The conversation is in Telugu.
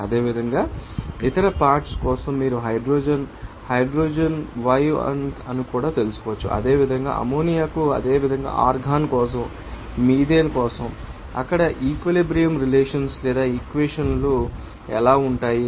అదేవిధంగా ఇతర పార్ట్శ్ కోసం మీరు హైడ్రోజన్ కోసం హైడ్రోజన్ కూడా yi అని తెలుసుకోవచ్చు అదేవిధంగా అమ్మోనియాకు అదేవిధంగా ఆర్గాన్ కోసం మీథేన్ కోసం అక్కడ ఈక్విలిబ్రియం రిలేషన్స్ లేదా ఈక్వేషన్ ాలు ఎలా ఉంటాయి